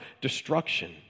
destruction